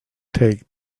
take